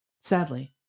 sadly